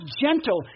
gentle